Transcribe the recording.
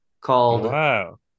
called